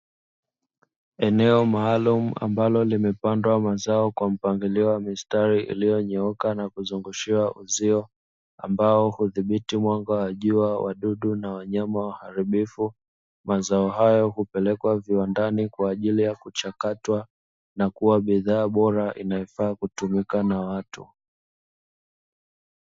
Eneo maalumu ambalo limepandwa mazao kwa mpangilio wa mistari iliyonyooka na kuzungushiwa uzio, ambao huzibiti mwanga wa jua, wadudu na wanyama waharibifu, mazao hayo hupelekwa viwandani kwa ajili ya kuchakatwa na kuwa bidhaa bora inayotumika na watu.